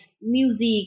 music